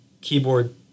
keyboard